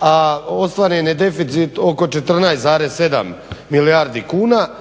a ostvaren je deficit oko 14,7 milijardi kuna,